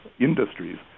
industries